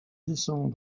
descend